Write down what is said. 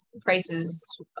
prices